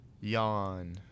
Yawn